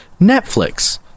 Netflix